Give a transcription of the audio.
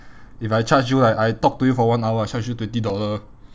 if I charge you like I talk to you for one hour I charge you for twenty dollar